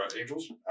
angels